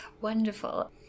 Wonderful